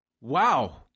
wow